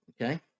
okay